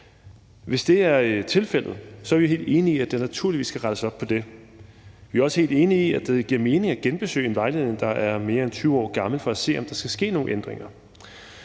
Hvis det er tilfældet, er vi helt enige i, at der naturligvis skal rettes op på det. Vi er også helt enige i, at det giver mening at genbesøge en vejledning, der er mere end 20 år gammel, for at se, om der skal ske nogle ændringer.